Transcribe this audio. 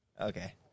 Okay